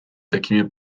такими